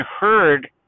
heard